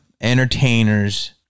entertainers